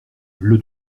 bleu